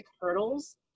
hurdles